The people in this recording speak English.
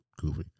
goofy